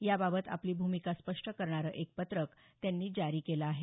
याबाबत आपली भूमिका स्पष्ट करणारे एक पत्रक त्यांनी जारी केले आहे